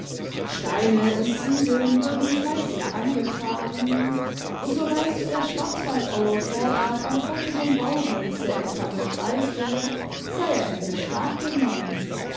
steine und ziegeln würden fleißig angefahren und so weit der schwarzwaldauer vorrath an trocknem bauholze etwa noch reiche sei er in beschlag genommen